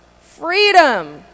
Freedom